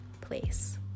place